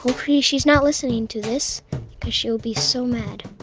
hopefully she's not listening to this because she'll be so mad